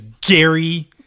gary